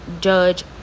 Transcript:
judge